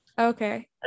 Okay